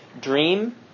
dream